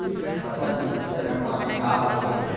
फसल वृद्धि चरण माने का होथे?